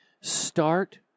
start